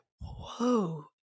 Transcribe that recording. whoa